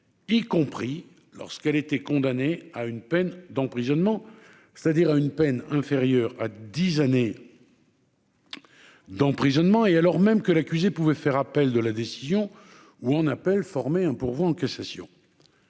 y compris lorsqu'elle était condamné à une peine d'emprisonnement, c'est-à-dire à une peine inférieure à 10 années. D'emprisonnement, et alors même que l'accusé pouvait faire appel de la décision, ou on appelle formé un pourvoi en cassation